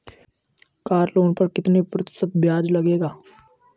Car loan पर कितने प्रतिशत ब्याज लगेगा?